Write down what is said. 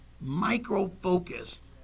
micro-focused